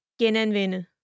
genanvende